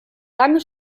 lange